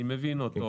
אני מבין אותו.